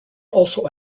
also